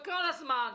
כל הזמן.